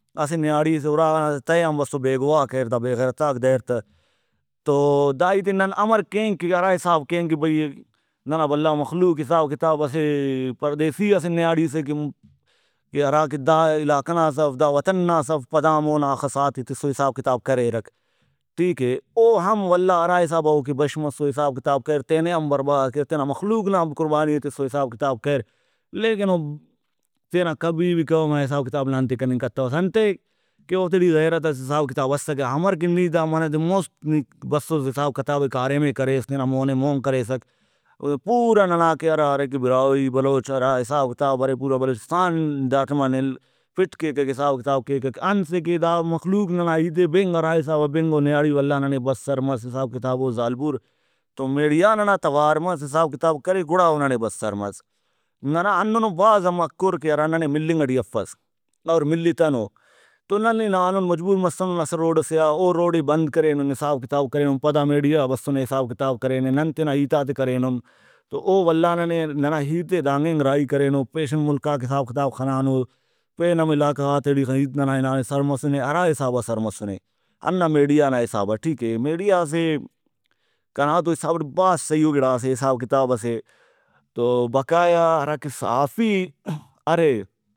اسہ نیاڑی سے اُرا نا تہہ آن بسُر بے گواہ کریر دا بے غیرتاک دریر تہ تو دا ہیتے نن امر کین کہ ہرا حساب کین کہ بھئی ننا بھلا مخلوق حساب کتابسے پردیسی اسہ نیاڑی سے کہ ہراکہ دا علاقہ ناس اف دا وطن ناس اف پدا ہم اونا ہخہ ساتھ ئے تسر حساب کتاب کریرک۔ ٹھیک اے او ہم ولا ہرا حسابا اوکہ بش مسو حساب کریر تینے انبار بہا کریر تینا مخلوق نا ہم قربانی ئے تسر حساب کتاب کریر لیکن او تینا کبھی قوما حساب کتاب نا انتے کننگ کتوس انتئے کہ اوفتے ٹی غیرت اس حساب کتاب اسکہ امر کہ نی دا منہ دے مُست نی بسُس حساب کتابے کاریمے کریس تینا مونے مؤن کریسک او پورا ننا کہ ہرا ارے کہ براہوئی بلوچ ہرا حساب کتاب ارے پورا بلوچستان دا ٹائما نے پِٹ کیکک حساب کتاب کیکک انتسے کہ دا مخلوق ننا ہیتے بِنگ ہرا حسابا بِنگ او نیاڑی ولا ننے بس سر مس حساب کتاب ؤ زالبور تو میڈیا ننا توار مس حساب کتاب کرے گڑا او ننے بس سر۔ ننا ہندنو بھازا مارک کُھر کیرہ ننے ملنگ ٹی افس اور ملتنو تو نن ہنانُن مجبور مسُنن اسہ روڈ سے آ او روڈے بند کرینُن حساب کتاب کرینن پدا میڈیا غا بسُنے حساب کتاب کرینے۔ نن تینا ہیتاتے کرینُن تو او ولا ننے ننا ہیتے دانگ اینگ راہی کرینو پیشہ ملکاک حساب کتاب خنانو پین ہم علاقہ غاتے ٹی ہیت ننا ہنانے سر مسُنے ہرا حسابا سر مسُنے ہندا میڈیا نا حسابا ٹھیکے میڈیا اسہ کنا تو حسابٹ بھاز سہی او گڑاسے حساب کتابسے تو بقایا ہراکہ صحافی ارے